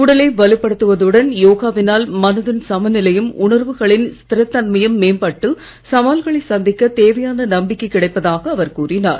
உடலை வலுப்படுத்துவதுடன் யோகாவினால் மனதின் சமநிலையும் உணர்வுகளின் ஸ்திரதன்மையும் மேம்பட்டு சவால்களை சந்திக்க தேவையான நம்பிக்கை கிடைப்பதாக அவர் கூறினார்